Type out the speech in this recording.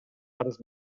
арыз